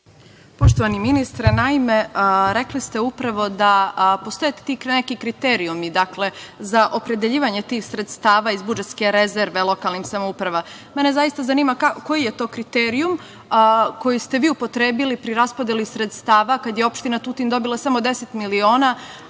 Poštovani ministre, naime rekli ste upravo da postoje ti neki kriterijumi za opredeljivanje tih sredstava iz budžetske rezerve lokalnim samoupravama. Mene zanima koji je to kriterijum koji ste vi upotrebili pri raspodeli sredstava kada je opština Tutin dobila samo 10 miliona,